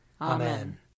Amen